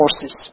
forces